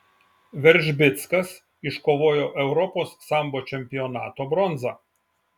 veržbickas iškovojo europos sambo čempionato bronzą